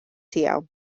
tiegħu